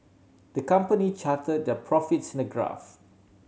the company charted their profits in the graph